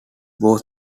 was